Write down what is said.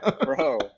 bro